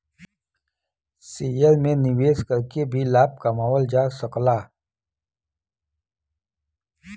share में निवेश करके भी लाभ कमावल जा सकला